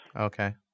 Okay